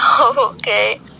Okay